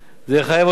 יחייב אותנו,